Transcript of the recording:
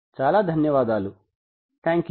చాలా ధన్యవాదములు